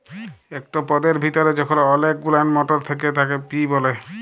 একট পদের ভিতরে যখল অলেক গুলান মটর থ্যাকে তাকে পি ব্যলে